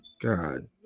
god